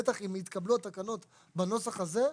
בטח אם יתקבלו התקנות בנוסח הזה,